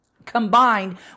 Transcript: combined